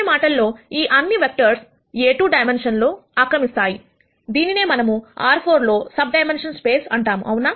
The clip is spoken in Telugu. వేరే మాటల్లో ఈ అన్ని వెక్టర్స్ A2 డైమెన్షనల్ ను ఆక్రమిస్తాయి దీనినే మనము R4 లో సబ్ స్పేస్ అంటాము అవునా